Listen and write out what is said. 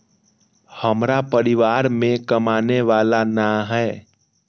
हमरा परिवार में कमाने वाला ना है?